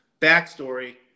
backstory